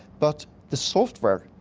but the software,